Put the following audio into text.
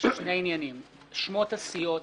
שמות הסיעות